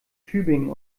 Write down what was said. tübingen